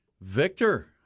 Victor